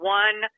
one